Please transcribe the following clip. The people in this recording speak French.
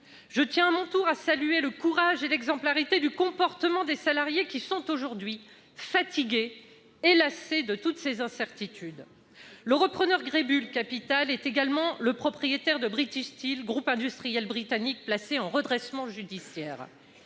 Je tiens, à mon tour, à saluer le courage et l'exemplarité du comportement des salariés, qui sont aujourd'hui fatigués et lassés de toutes ces incertitudes. Le repreneur Greybull Capital est également le propriétaire de British Steel, groupe industriel britannique placé en redressement judiciaire.